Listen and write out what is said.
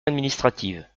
administratives